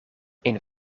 een